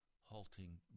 halting